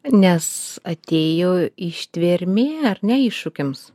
nes atėjo ištvermė ar ne iššūkiams